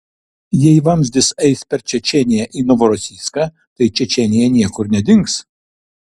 jei vamzdis eis per čečėniją į novorosijską tai čečėnija niekur nedings